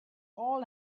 all